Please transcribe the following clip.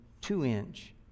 two-inch